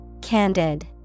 Candid